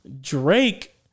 Drake